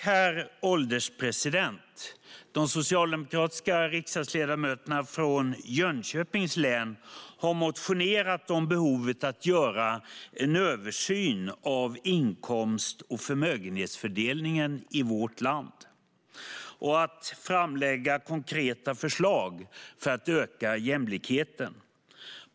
Herr ålderspresident! De socialdemokratiska riksdagsledamöterna från Jönköpings län har motionerat om behovet av att göra en översyn av inkomst och förmögenhetsfördelningen i vårt land och att framlägga konkreta förslag för att öka jämlikheten.